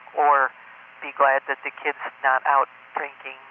or be glad that the kid's not out drinking,